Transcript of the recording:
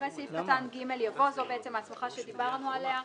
אחרי סעיף קטן (ג) יבוא" זו בעצם ההסמכה שדיברנו עליה: